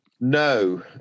No